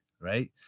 right